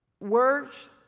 Words